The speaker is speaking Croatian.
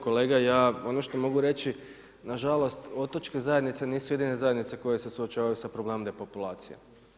Kolega ja ono što mogu reći nažalost otočke zajednice nisu jedine zajednice koje se suočavaju sa problemom depopulacije.